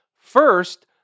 First